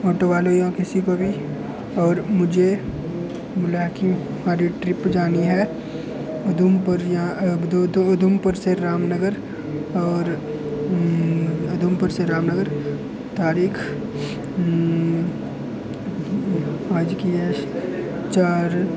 auto वाले जां किसी को भी और मुझे पहुंचानी है उधमपुर जां बतौर उधमपुर से रामनगर और उधमपुर से रामनगर तरीक चार